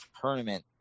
tournament